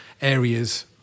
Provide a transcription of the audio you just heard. areas